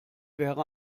wäre